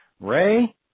Ray